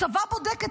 הצבא בודק,